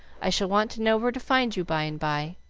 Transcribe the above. i shall want to know where to find you by and by.